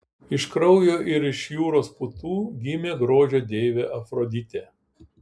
iš kraujo ir iš jūros putų gimė grožio deivė afroditė